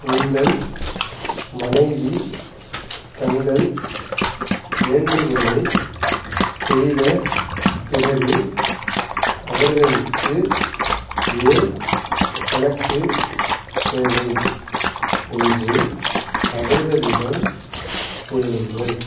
உங்கள் மனைவி தங்கள் வேண்டுகோளைச் செய்த பிறகு அவர்களுக்கு ஏன் கணக்கு தேவை என்று அவர்களிடம் கேளுங்கள்